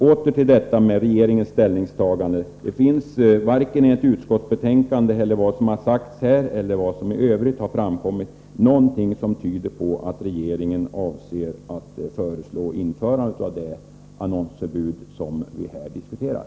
Åter till regeringens ställningstagande: Varken formuleringarna i utskottsbetänkandet, det som har sagts här eller vad som i övrigt har framkommit tyder på att regeringen avser att föreslå ett införande av det annonseringsförbud som vi nu diskuterar.